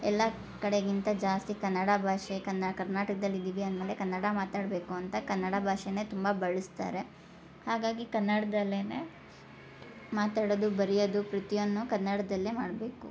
ಎಲ್ಲ ಕಡೆಗಿಂತ ಜಾಸ್ತಿ ಕನ್ನಡ ಭಾಷೆ ಕನ್ನ ಕರ್ನಾಟಕ್ದಲ್ಲಿ ಇದ್ದೀವಿ ಅಂದಮೇಲೆ ಕನ್ನಡ ಮಾತಾಡಬೇಕು ಅಂತ ಕನ್ನಡ ಭಾಷೆನೇ ತುಂಬ ಬಳಸ್ತಾರೆ ಹಾಗಾಗಿ ಕನ್ನಡ್ದಲ್ಲೇ ಮಾತಾಡೊದು ಬರಿಯೋದು ಪ್ರತಿಯೊಂದನ್ನೂ ಕನ್ನಡದಲ್ಲೇ ಮಾಡಬೇಕು